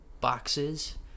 boxes